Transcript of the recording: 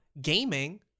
gaming